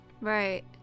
right